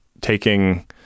taking